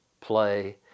play